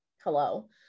hello